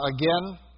again